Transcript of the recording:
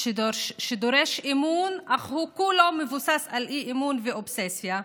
שדורש אמון אך הוא כולו מבוסס על אי-אמון ואובססיה.